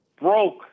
broke